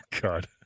God